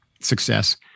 success